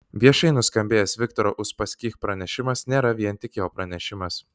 viešai nuskambėjęs viktoro uspaskich pranešimas nėra vien tik jo pranešimas